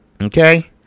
Okay